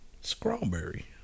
strawberry